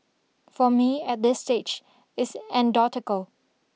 for me at this stage it's andotical